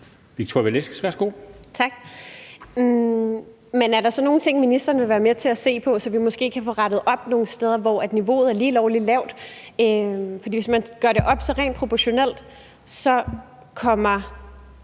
Victoria Velasquez (EL): Tak. Men er der så nogen ting, som ministeren vil være med til at se på, så vi måske kan få rettet op nogle steder, hvor niveauet er lige lovlig lavt? For hvis man gør det op, kommer